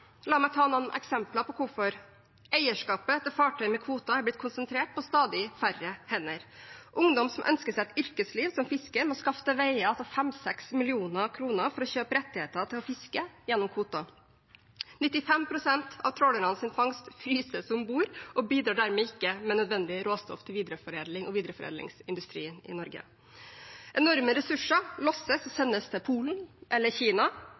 La meg ta noen eksempler på hvorfor: Eierskapet til fartøy med kvoter er blitt konsentrert på stadig færre hender. Ungdom som ønsker seg et yrkesliv som fisker, må skaffe til veie 5–6 mill. kr for å kjøpe rettigheter til å fiske gjennom kvoter. 95 pst. av trålernes fangst fryses om bord og bidrar dermed ikke med nødvendig råstoff til videreforedling og videreforedlingsindustrien i Norge. Enorme ressurser lastes og sendes til Polen eller Kina